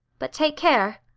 but take care.